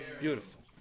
Beautiful